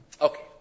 Okay